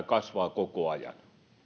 kasvaa koko ajan